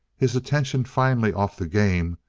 his attention finally off the game,